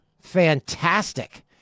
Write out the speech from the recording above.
Fantastic